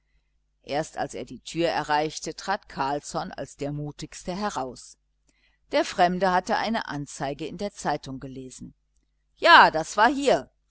erst als er die tür erreichte trat carlsson als der mutigste heraus der fremde hatte eine anzeige in der zeitung gelesen ja das war hier